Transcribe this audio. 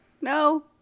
No